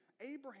Abraham